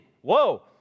whoa